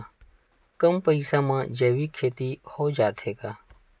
कम पईसा मा जैविक खेती हो जाथे का?